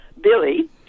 Billy